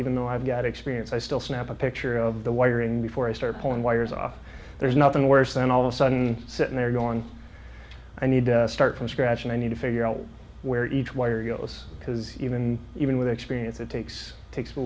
even though i've got experience i still snap a picture of the wiring before i start pulling wires off there's nothing worse than all of a sudden sitting there going i need to start from scratch and i need to figure out where each wire goes because even even with experience it takes takes a